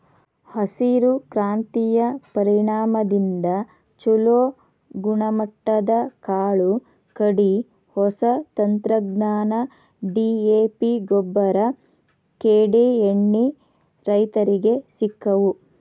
ಹಸಿರು ಕ್ರಾಂತಿಯ ಪರಿಣಾಮದಿಂದ ಚುಲೋ ಗುಣಮಟ್ಟದ ಕಾಳು ಕಡಿ, ಹೊಸ ತಂತ್ರಜ್ಞಾನ, ಡಿ.ಎ.ಪಿಗೊಬ್ಬರ, ಕೇಡೇಎಣ್ಣಿ ರೈತರಿಗೆ ಸಿಕ್ಕವು